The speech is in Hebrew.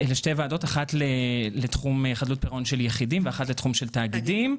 אחת לתחום חדלות פירעון של יחידים ואחת לתחום תאגידים.